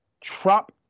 Trump